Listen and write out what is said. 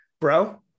Bro